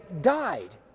died